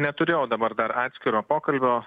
neturėjau dabar dar atskiro pokalbio